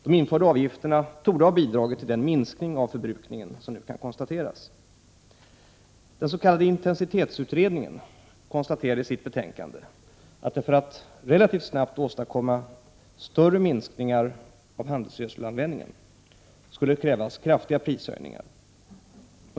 De införda avgifterna torde ha bidragit till den minskning av förbrukningen som nu kan konstateras. Den s.k. intensitetsutredningen konstaterade i sitt betänkande att det för att relativt snabbt åstadkomma större minskningar av handelsgödselanvändningen skulle krävas kraftiga prishöjningar.